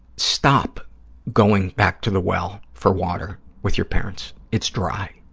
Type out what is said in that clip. stop going back to the well for water with your parents. it's dry.